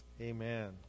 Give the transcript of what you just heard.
Amen